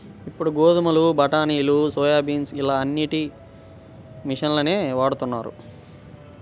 ఇప్పుడు గోధుమలు, బఠానీలు, సోయాబీన్స్ ఇలా అన్నిటికీ మిషన్లనే వాడుతున్నారు